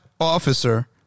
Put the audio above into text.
officer